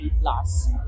plus